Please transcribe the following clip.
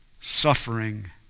suffering